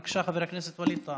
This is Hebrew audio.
בבקשה, חבר הכנסת ווליד טאהא.